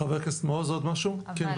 טוב,